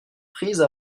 prise